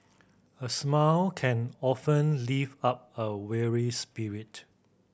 a smile can often lift up a weary spirit